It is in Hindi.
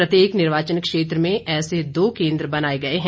प्रत्येक निर्वाचन क्षेत्र में ऐसे दो केन्द्र बनाए गए हैं